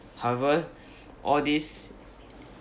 however all this